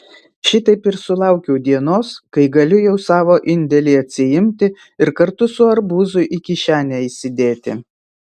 šitaip ir sulaukiu dienos kai galiu jau savo indėlį atsiimti ir kartu su arbūzu į kišenę įsidėti